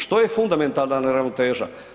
Što je fundamentalna neravnoteža?